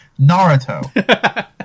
Naruto